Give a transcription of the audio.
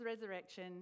resurrection